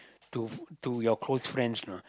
to to your close friends lah